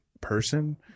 person